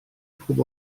pob